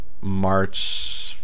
March